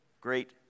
great